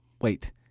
Wait